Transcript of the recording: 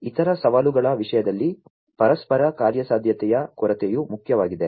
ಇತರ ಸವಾಲುಗಳ ವಿಷಯದಲ್ಲಿ ಪರಸ್ಪರ ಕಾರ್ಯಸಾಧ್ಯತೆಯ ಕೊರತೆಯು ಮುಖ್ಯವಾಗಿದೆ